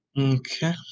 Okay